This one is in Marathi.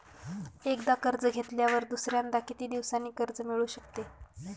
एकदा कर्ज घेतल्यावर दुसऱ्यांदा किती दिवसांनी कर्ज मिळू शकते?